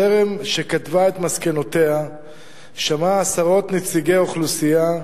בטרם כתבה את מסקנותיה שמעה הוועדה עשרות נציגי אוכלוסייה,